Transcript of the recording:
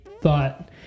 thought